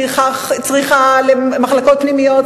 צריכה למחלקות פנימיות,